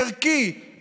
ערכי,